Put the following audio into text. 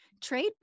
trade